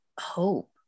hope